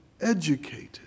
educated